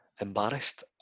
embarrassed